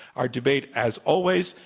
our debate, as always,